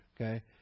okay